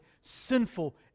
sinful